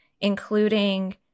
including